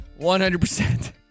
100%